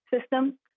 system